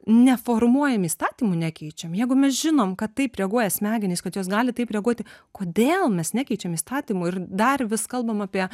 neformuojam įstatymų nekeičiam jeigu mes žinom kad taip reaguoja smegenys kad jos gali taip reaguoti kodėl mes nekeičiam įstatymų ir dar vis kalbam apie